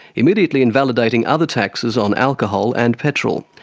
immediately invalidating other taxes on alcohol and petrol.